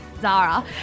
zara